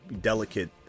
delicate